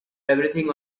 everything